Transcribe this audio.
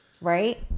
Right